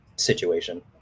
situation